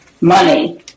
Money